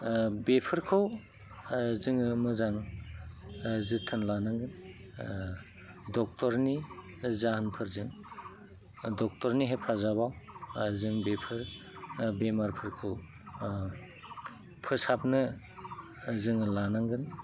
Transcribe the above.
बेफोरखौ जोङो मोजां जोथोन लानांगोन ड'क्टरनि जाहोनफोरजों ड'क्टरनि हेफाजाबाव जों बेफोर बेमारफोरखौ फोसाबनो जोङो लानांगोन